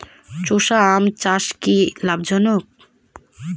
চোষা আম চাষ কি লাভজনক?